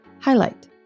highlight